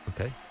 okay